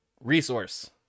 resource